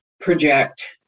project